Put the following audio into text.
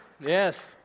Yes